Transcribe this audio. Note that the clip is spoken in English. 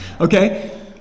Okay